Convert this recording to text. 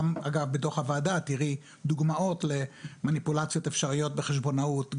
אגב בדוח הוועדה תראי דוגמאות למניפולציות אפשריות בחשבונות,